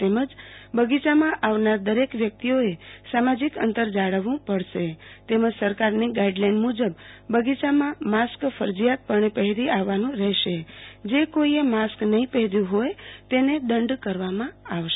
તેમજ બગીયામાં આવનાર દરેક વ્યક્તિઓએ સામાજીક અંતર જાળવવું પડશે તેમજ સરકારની ગાઈડલાઈન મુજબ બગીયામાં માસ્ક ફરજીયાતપણે પહેરી આવવાનું રહેશે જે કોઈએ માસ્ક નહી પહેર્યુ હોય તેને દંડ કરવામાં આવશે